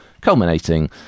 culminating